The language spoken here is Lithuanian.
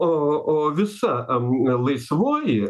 o o visa am laisvoji